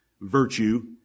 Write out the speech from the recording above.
virtue